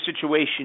situation